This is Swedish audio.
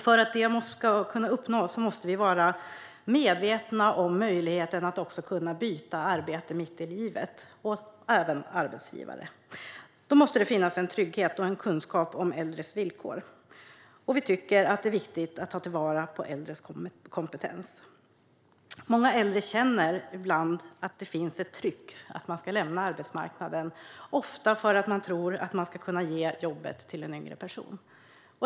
För att detta ska kunna uppnås måste vi vara medvetna om möjligheten att byta arbete och arbetsgivare mitt i livet. Det måste finnas en trygghet och en kunskap om äldres villkor. Vi tycker att det är viktigt att ta till vara äldres kompetens. Många äldre känner att det finns ett tryck på dem att lämna arbetsmarknaden. Ofta tror man att man ska kunna ge jobbet till en yngre person.